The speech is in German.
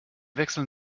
wechseln